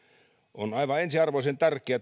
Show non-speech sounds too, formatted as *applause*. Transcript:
on aivan ensiarvoisen tärkeää *unintelligible*